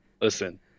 listen